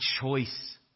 choice